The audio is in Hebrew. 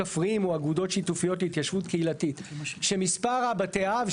כפריים או אגודות שיתופיות להתיישבות קהילתית שמספר בתי האב,